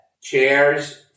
Chairs